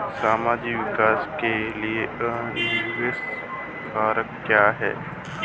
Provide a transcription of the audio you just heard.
सामाजिक विकास के लिए अनिवार्य कारक क्या है?